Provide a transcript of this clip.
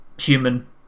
human